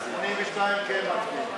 על 82 כן מצביעים.